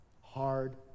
hard